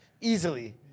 Easily